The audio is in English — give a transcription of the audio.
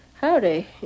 howdy